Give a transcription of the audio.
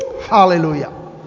hallelujah